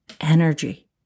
energy